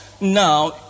now